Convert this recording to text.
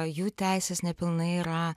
jų teisės nepilnai yra